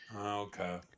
Okay